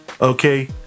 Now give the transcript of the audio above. Okay